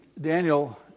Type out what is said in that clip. Daniel